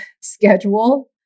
schedule